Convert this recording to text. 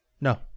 No